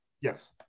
yes